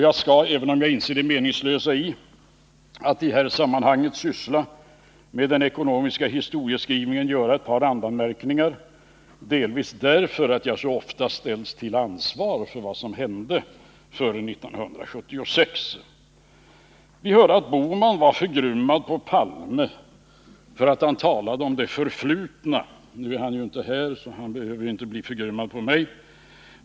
Jag skall, även om jag inser det meningslösa i att i detta sammanhang syssla med den ekonomiska historieskrivningen, göra ett par randanmärkningar, delvis därför att jag så ofta ställs till ansvar för vad som hände före 1976. Vi hörde att Gösta Bohman var förgrymmad på Olof Palme för att han talade om det förflutna. Nu är han ju inte här, så han behöver inte bli förgrymmad på mig.